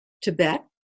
Tibet